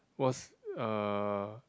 was uh